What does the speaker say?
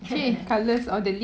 actually colours of the leaves